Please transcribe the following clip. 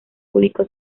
público